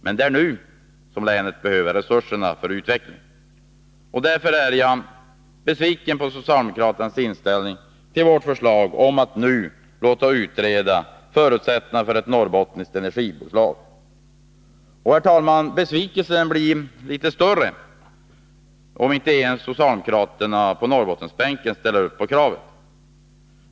Men det är nu som länet behöver resurser för utveckling. Därför är jag besviken på socialdemokraternas inställning till vårt förslag om att nu låta utreda förutsättningarna för ett norrbottniskt energiföretag. Och besvikelsen blir ännu större om inte ens socialdemokraterna på Norrbottensbänken ställer upp på kravet.